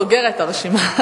לשם.